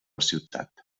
ciutat